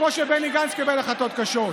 כמו שבני גנץ קיבל החלטות קשות,